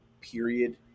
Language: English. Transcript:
period